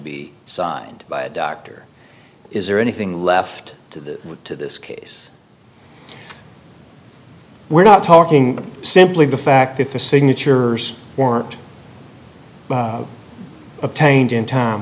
be signed by a doctor is there anything left to the to this case we're not talking simply the fact that the signatures weren't obtained in time